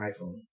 iPhone